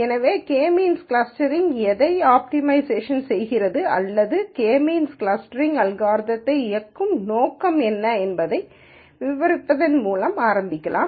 எனவே K means clustering எதை optimisation செய்கிறது அல்லது கே மீன்ஸ் க்ளஸ்டரிங் அல்காரிதத்தை இயக்கும் நோக்கம் என்ன என்பதை விவரிப்பதன் மூலம் ஆரம்பிக்கலாம்